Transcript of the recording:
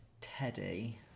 Teddy